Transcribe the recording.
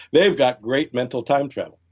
they've got great mental time travel.